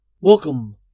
Welcome